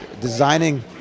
designing